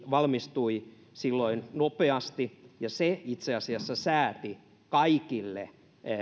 valmistui silloin nopeasti se itse asiassa sääti kaikille